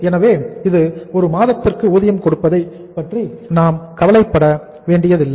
எனவே இது 1 மாதத்திற்கு ஊதியம் கொடுப்பதைப் பற்றி நாம் கவலைப்பட வேண்டியதில்லை